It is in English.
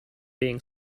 being